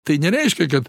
tai nereiškia kad